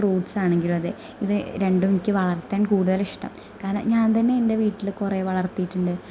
fruits ആണെങ്കിലും അതെ ഇത് രണ്ടും എനിക്ക് വളർത്താൻ കൂടുതൽ ഇഷ്ടം കാരണം ഞാൻ തന്നെ എൻ്റെ വീട്ടിൽ കുറേ വളർത്തിയിട്ടുണ്ട്